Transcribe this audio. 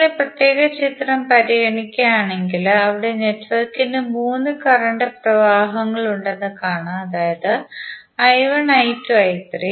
ഇപ്പോൾ നിങ്ങൾ ഈ പ്രത്യേക ചിത്രം പരിഗണിക്കുകയാണെങ്കിൽ അവിടെ നെറ്റ്വർക്ക് നു മൂന്ന് കറന്റ് പ്രവാഹങ്ങളുണ്ടെന്ന് കാണാം അതായത് I1 I2 I3